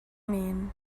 mean